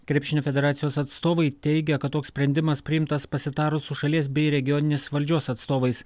krepšinio federacijos atstovai teigia kad toks sprendimas priimtas pasitarus su šalies bei regioninės valdžios atstovais